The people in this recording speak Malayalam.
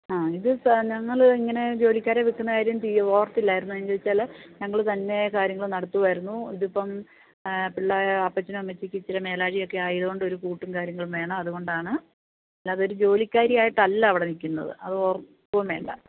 ആ ഇത് ഞങ്ങളിങ്ങനെ ജോലിക്കാരെ വെയ്ക്കുന്ന കാര്യം ഓർത്തില്ലായിരുന്നു അതെന്താണെന്നുവെച്ചാല് ഞങ്ങള് തന്നെ കാര്യങ്ങള് നടത്തുമായിരുന്നു ഇതിപ്പം അപ്പച്ചനും അമ്മച്ചിക്കും ഇത്തിരി മേലാഴികയൊക്കെ ആയതുകൊണ്ട് ഒരു കൂട്ടും കാര്യങ്ങളും വേണം അതുകൊണ്ടാണ് അല്ലാതെ ഒരു ജോലിക്കാരിയായിട്ടല്ല അവിടെ നില്ക്കുന്നത് അത് ഓർക്കുകയും വേണ്ട